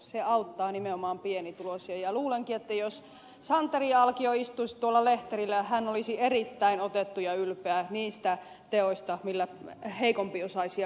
se auttaa nimenomaan pienituloisia ja luulenkin että jos santeri alkio istuisi tuolla lehterillä hän olisi erittäin otettu ja ylpeä niistä teoista joilla heikompiosaisia muistetaan